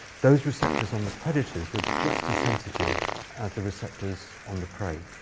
those receptors on the predators were just as sensitive as the receptors on the prey.